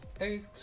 eight